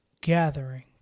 gathering